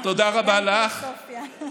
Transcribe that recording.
אוקיי, אז תודה רבה לך, ורם,